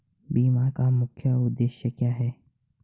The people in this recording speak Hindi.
बीमा का मुख्य उद्देश्य क्या है?